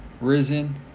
risen